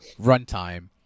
runtime